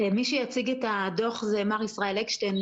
מי שיציג את הדוח זה מר ישראל אקשטיין,